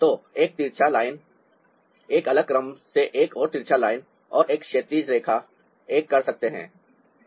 तो एक तिरछा लाइन एक अलग क्रम से एक और तिरछा लाइन और एक क्षैतिज रेखा एक कर सकते हैं